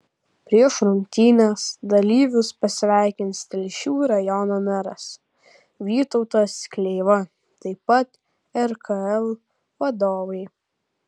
prieš rungtynes dalyvius pasveikins telšių rajono meras vytautas kleiva taip pat rkl vadovai